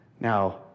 Now